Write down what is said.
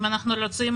אם אנחנו רוצים